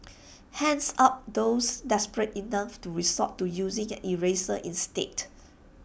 hands up those desperate enough to resort to using an eraser instead